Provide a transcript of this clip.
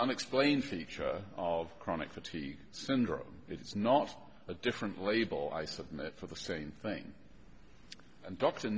unexplained feature of chronic fatigue syndrome it's not a different label i submit for the same thing and d